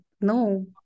no